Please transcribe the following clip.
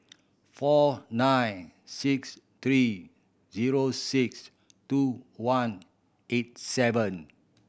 four nine six three zero six two one eight seven